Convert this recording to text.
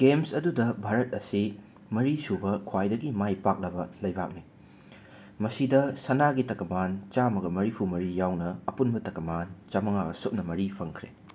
games ꯑꯗꯨꯗ ꯚꯥꯔꯠ ꯑꯁꯤ ꯃꯔꯤꯁꯨꯕ ꯈ꯭ꯋꯥꯏꯗꯒꯤ ꯃꯥꯏ ꯄꯥꯛꯂꯕ ꯂꯩꯕꯥꯛꯅꯤ ꯃꯁꯤꯗ ꯁꯅꯥꯒꯤ ꯇꯀꯃꯥꯟ ꯆꯥꯝꯃꯒ ꯃꯔꯤꯐꯨ ꯃꯔꯤ ꯌꯥꯎꯅ ꯑꯄꯨꯟꯕ ꯇꯀꯃꯥꯟ ꯆꯝꯉꯥꯒ ꯁꯨꯞꯅ ꯃꯔꯤ ꯐꯪꯈ꯭ꯔꯦ